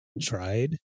tried